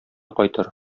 кайтыр